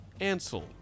Ansel